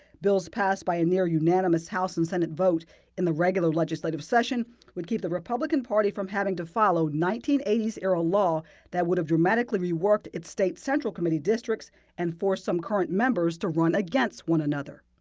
bills passed by near-unanimous house and senate votes in the regular legislative session would keep the republican party from having to follow a nineteen eighty s era law that would have it dramatically rework its state central committee districts and force some current members to run against one another.